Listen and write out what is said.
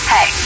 Hey